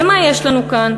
ומה יש לנו כאן?